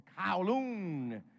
Kowloon